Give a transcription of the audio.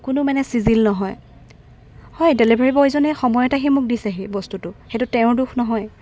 কোনো মানে চিজিল নহয় হয় ডেলিভাৰী বয়জনে সময়ত আহি মোক দিছেহি বস্তুটো সেইটো তেওঁৰ দোষ নহয়